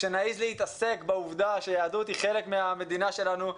שנעז להתעסק בעובדה שיהדות היא חלק מהמדינה שלנו.